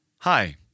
Hi